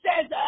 says